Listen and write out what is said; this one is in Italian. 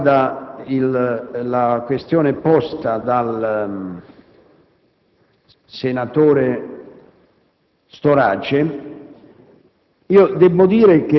Per quanto riguarda la questione posta dal senatore Storace,